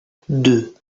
deux